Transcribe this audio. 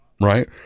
Right